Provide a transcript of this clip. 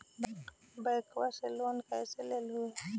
बैंकवा से लेन कैसे लेलहू हे?